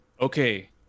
okay